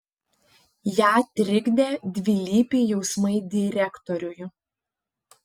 ją trikdė dvilypiai jausmai direktoriui